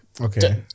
Okay